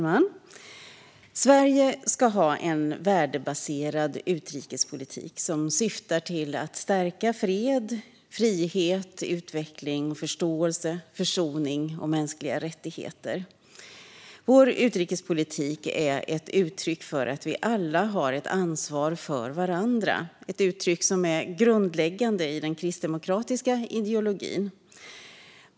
Fru talman! Sverige ska ha en värdebaserad utrikespolitik som syftar till att stärka fred, frihet, utveckling, förståelse, försoning och mänskliga rättigheter. Vår utrikespolitik är ett uttryck för att vi alla har ett ansvar för varandra, något som är grundläggande i den kristdemokratiska ideologin.